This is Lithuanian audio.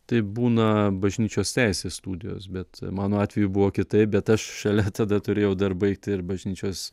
tai būna bažnyčios teisės studijos bet mano atveju buvo kitaip bet aš šalia tada turėjau dar baigti ir bažnyčios